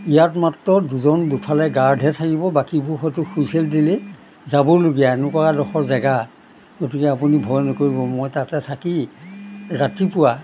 ইয়াত মাত্ৰ দুজন দুফালে গাৰ্ডহে থাকিব বাকীবোৰ হয়টো হুইছেল দিলেই যাবলগীয়া এনেকুৱা এডোখৰ জেগা গতিকে আপুনি ভয় নকৰিব মই তাতে থাকি ৰাতিপুৱা